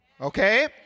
Okay